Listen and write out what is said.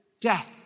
death